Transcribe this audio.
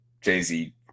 Jay-Z